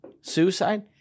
Suicide